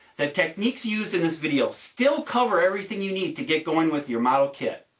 the techniques used and this video still cover everything you need to get going with your model kit.